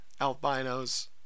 albinos